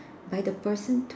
by the person to